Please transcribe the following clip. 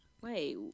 Wait